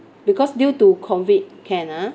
because due to COVID can ah